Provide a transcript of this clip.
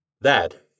That